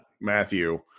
Matthew